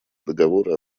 договора